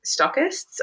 stockists